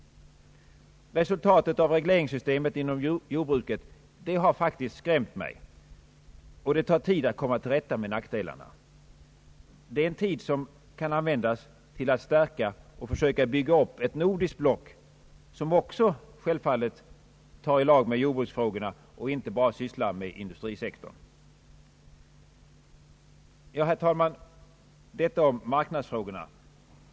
Följderna av regleringssystemet i fråga om jordbruket har faktiskt skrämt mig. Det tar tid att komma till rätta med nackdelarna, och det är en tid som kan användas till att försöka bygga upp och stärka ett nordiskt block, som självfallet också tar itu med jordbruksfrågorna och inte bara sysslar med industrisektorn. Detta om marknadsfrågorna.